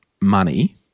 money